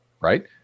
Right